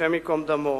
השם ייקום דמו,